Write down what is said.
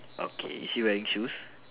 okay is she wearing shoes